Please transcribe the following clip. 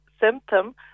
symptom